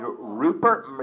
Rupert